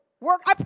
work